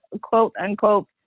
quote-unquote